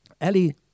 Ellie